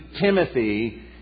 Timothy